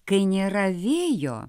kai nėra vėjo